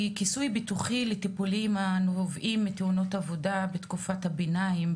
היא כיסוי ביטוחי לטיפולים הנובעים מתאונות עבודה בתקופת הביניים,